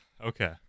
Okay